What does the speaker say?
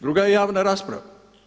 Drugo je javna rasprava.